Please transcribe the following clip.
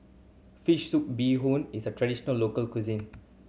fish soup bee hoon is a traditional local cuisine